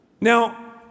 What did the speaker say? Now